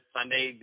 Sunday